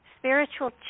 spiritual